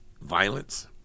violence